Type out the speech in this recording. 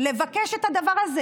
לבקש את הדבר הזה,